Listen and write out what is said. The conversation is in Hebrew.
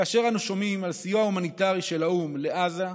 כאשר אנו שומעים על הסיוע ההומניטרי של האו"ם לעזה,